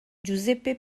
giuseppe